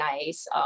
nice